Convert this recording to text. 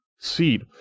seed